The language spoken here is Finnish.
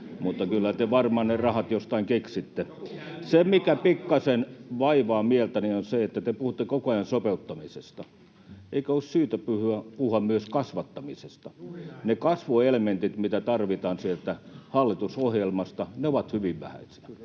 Joku käytti ne rahat!] Se, mikä pikkasen vaivaa mieltäni, on se, että te puhutte koko ajan sopeuttamisesta. Eikö ole syytä puhua myös kasvattamisesta? [Vasemmalta: Juuri näin!] Ne kasvuelementit, mitä tarvitaan sieltä hallitusohjelmasta, ovat hyvin vähäisiä.